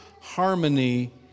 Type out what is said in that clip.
harmony